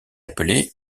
appelé